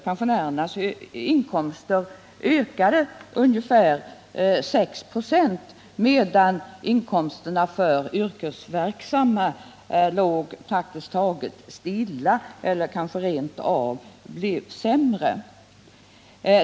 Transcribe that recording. Pensionärernas inkomster ökade med ungefär 6 96, medan inkomsterna för yrkesverksamma låg praktiskt taget stilla eller kanske rent av blev lägre.